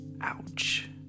Ouch